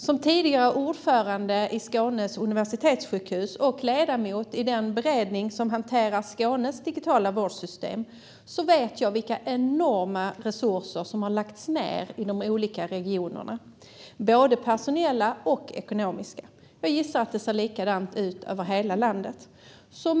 Som tidigare ordförande i styrelsen vid Skånes universitetssjukhus och ledamot i den beredning som hanterar Skånes digitala vårdsystem vet jag vilka enorma resurser som har lagts ned i de olika regionerna - både personella och ekonomiska. Jag gissar att det ser likadant ut över hela landet.